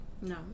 No